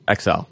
xl